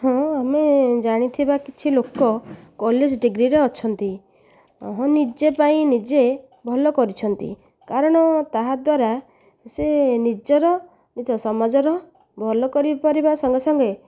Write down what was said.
ହଁ ଆମେ ଜାଣିଥିବା କିଛି ଲୋକ କଲେଜ ଡିଗ୍ରୀରେ ଅଛନ୍ତି ହଁ ନିଜେ ପାଇଁ ନିଜେ ଭଲ କରିଛନ୍ତି କାରଣ ତାହା ଦ୍ୱାରା ସେ ନିଜର ନିଜ ସମାଜର ଭଲ କରି ପାରିବା ସଙ୍ଗେ ସଙ୍ଗେ